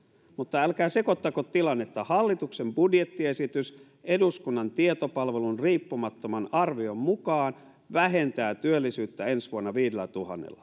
mutta älkää sekoittako tilannetta hallituksen budjettiesitys eduskunnan tietopalvelun riippumattoman arvion mukaan vähentää työllisyyttä ensi vuonna viidellätuhannella